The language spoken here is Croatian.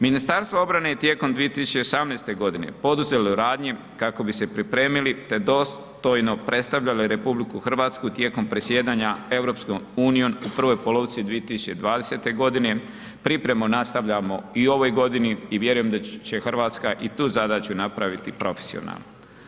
Ministarstvo obrane je tijekom 2018.g. poduzelo radnje kako bi se pripremili, te dostojno predstavljali RH tijekom predsjedanja EU u prvoj polovici 2020.g., pripremu nastavljamo i u ovoj godini i vjerujem da će RH i tu zadaću napraviti profesionalno.